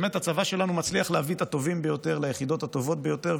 באמת הצבא שלנו מצליח להביא את הטובים ביותר ליחידות הטובות ביותר,